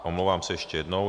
Omlouvám se ještě jednou.